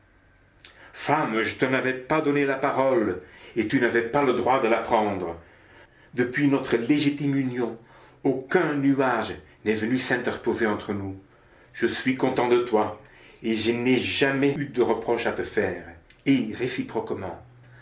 femme je ne t'avais pas donné la parole et tu n'avais pas le droit de la prendre depuis notre légitime union aucun nuage n'est venu s'interposer entre nous je suis content de toi je n'ai jamais eu de reproches à te faire et réciproquement